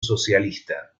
socialista